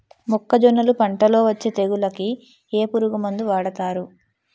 మొక్కజొన్నలు పంట లొ వచ్చే తెగులకి ఏ పురుగు మందు వాడతారు?